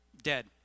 Dead